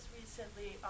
recently